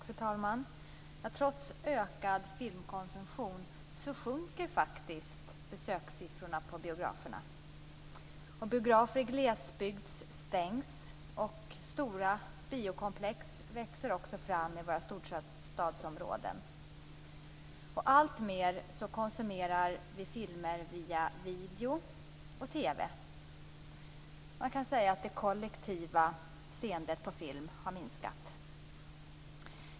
Fru talman! Trots ökad filmkonsumtion sjunker faktiskt besökssiffrorna på biograferna. Biografer i glesbygd stängs, och stora biokomplex växer fram i våra storstadsområden. Vi konsumerar i allt högre grad filmer via video och TV. Man kan säga att det kollektiva seendet på film har minskat.